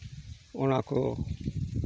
ᱚᱱᱟᱠᱚ